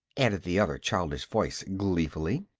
added the other childish voice, gleefully.